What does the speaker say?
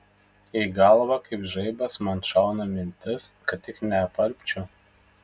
į galvą kaip žaibas man šauna mintis kad tik neapalpčiau